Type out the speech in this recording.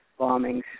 bombings